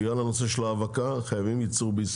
בגלל הנושא של ההאבקה חייבים ייצור בישראל.